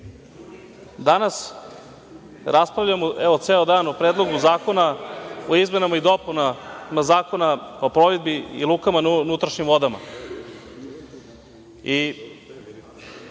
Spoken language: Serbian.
danas raspravljamo ceo dan o Predlogu zakona o izmenama i dopunama Zakona o plovidbi i lukama na unutrašnjim vodama. Na